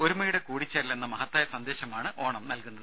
ഒരുമയുടെ കൂടിച്ചേരലെന്ന മഹത്തായ സന്ദേശമാണ് ഓണം നൽകുന്നത്